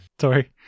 Sorry